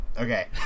Okay